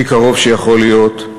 הכי קרוב שיכול להיות,